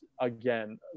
again